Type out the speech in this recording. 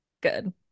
good